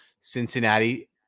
cincinnati